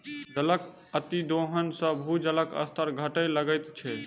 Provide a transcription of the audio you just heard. जलक अतिदोहन सॅ भूजलक स्तर घटय लगैत छै